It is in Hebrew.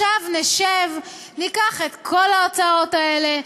נשב וניקח את כל ההוצאות האלה,